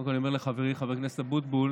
קודם אני אומר לחברי חבר הכנסת אבוטבול,